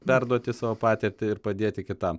perduoti savo patirtį ir padėti kitam